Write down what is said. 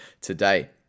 today